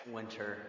Winter